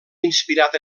inspirat